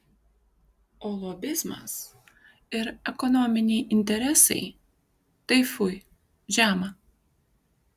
o lobizmas ir ekonominiai interesai tai fui žema